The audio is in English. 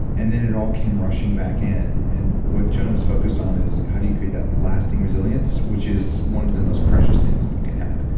and then it all came rushing back in, and what joan is focused on is how do you create that lasting resilience, which is one of the most precious things you can have.